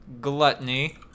gluttony